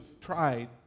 tried